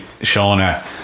Shauna